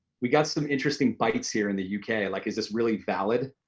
we got some interesting bites here in the u k, like is this really valid?